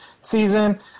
season